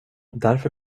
därför